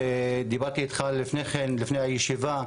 דיברתי איתך לפני כן לפני הישיבה,